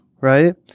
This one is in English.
right